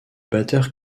batteur